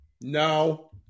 No